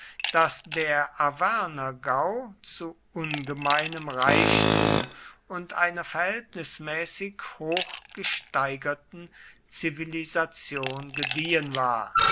daß der arvernergau zu ungemeinem reichtum und einer verhältnismäßig hoch gesteigerten zivilisation gediehen war